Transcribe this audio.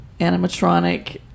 animatronic